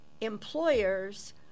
employers